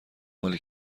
مال